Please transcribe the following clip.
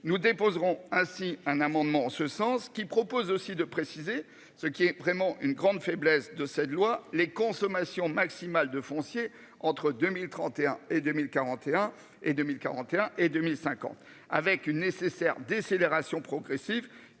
nous déposerons ainsi un amendement en ce sens qu'il propose aussi de préciser ce qui est vraiment une grande faiblesse de cette loi les consommations maximale de foncier entre 2031 et 2041 et 2041 et 2050 avec une nécessaire décélération progressive